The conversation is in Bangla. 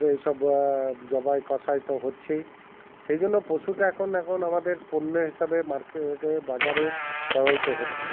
এই সব জবাই কসাই তো হচ্ছে সেই জন্য পশুটা এখন এখন আমাদের পণ্য হিসেবে মার্কেটে বাজারে ব্যবহৃত হচ্ছে